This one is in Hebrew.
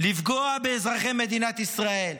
לפגוע באזרחי מדינת ישראל.